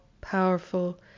powerful